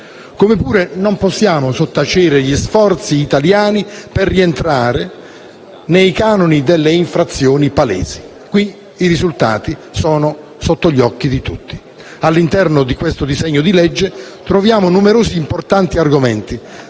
modo non possiamo sottacere gli sforzi italiani per rientrare nei canoni delle infrazioni palesi: qui i risultati sono sotto gli occhi di tutti. All'interno di questo disegno di legge troviamo numerosi importanti argomenti: